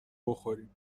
بخوریم